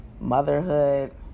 motherhood